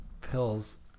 pills